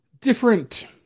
different